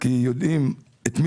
ואנשים גם יודעים את זה; כל מי